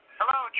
Hello